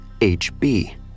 HB